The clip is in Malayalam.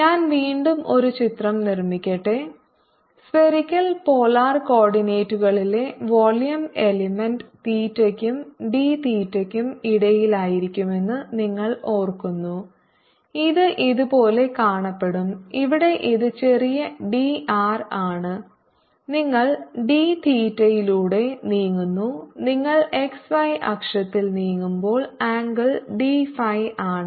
ഞാൻ വീണ്ടും ഒരു ചിത്രം നിർമ്മിക്കട്ടെ സ്ഫെറിക്കൽ പോളാർ കോർഡിനേറ്റുകളിലെ വോളിയം എലമെന്റ് തീറ്റയ്ക്കും ഡി തീറ്റയ്ക്കും ഇടയിലായിരിക്കുമെന്ന് നിങ്ങൾ ഓർക്കുന്നു ഇത് ഇതുപോലെ കാണപ്പെടും ഇവിടെ ഇത് ചെറിയ ഡി ആർ ആണ് നിങ്ങൾ ഡി തീറ്റയിലൂടെ നീങ്ങുന്നു നിങ്ങൾ xy അക്ഷത്തിൽ നീങ്ങുമ്പോൾ ആംഗിൾ d phi ആണ്